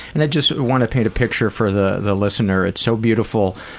and i just want to paint a picture for the the listener. it's so beautiful.